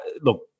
look